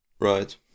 Right